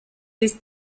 des